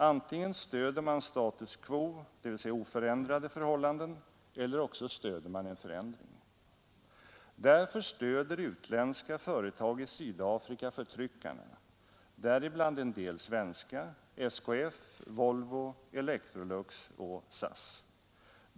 Antingen stöder man status quo eller också stöder man en förändring. Därför stöder utländska företag i Sydafrika förtryckarna, däribland en del svenska: SKF, Volvo, Electrolux och SAS.